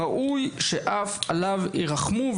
ראוי שאף עליו ירחמו,